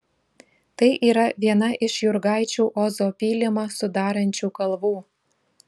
tai yra viena iš jurgaičių ozo pylimą sudarančių kalvų